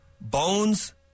Bones